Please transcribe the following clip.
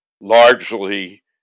largely